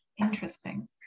interesting